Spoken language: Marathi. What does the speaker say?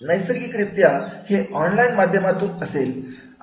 नैसर्गिक रित्या हे ऑनलाईन माध्यमातून असेल